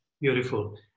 Beautiful